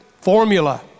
formula